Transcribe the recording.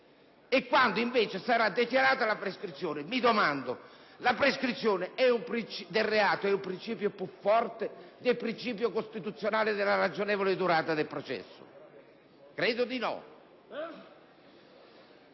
quanti invece sarà dichiarata la prescrizione. Mi domando se la prescrizione del reato sia un principio più forte del principio costituzionale della ragionevole durata del processo. Credo di no.